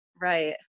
right